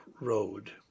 road